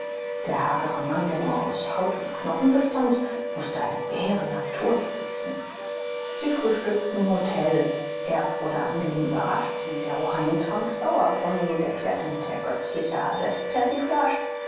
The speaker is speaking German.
der hagere mann der nur aus haut und knochen bestand mußte eine bärennatur besitzen sie frühstückten im hotel erb wurde angenehm überrascht denn der oheim trank sauerbrunnen und erklärte mit ergötzlicher